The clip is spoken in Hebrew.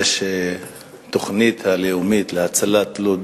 שהתוכנית הלאומית להצלת לוד